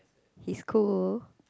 it's cool